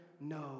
no